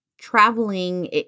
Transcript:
traveling